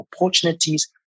opportunities